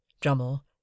Drummle